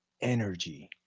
energy